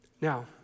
Now